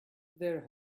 their